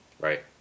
Right